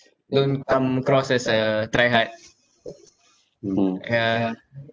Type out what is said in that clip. don't come across as a try hard yeah